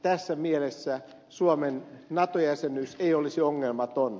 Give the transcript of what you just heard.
tässä mielessä suomen nato jäsenyys ei olisi ongelmaton